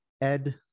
ed